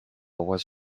was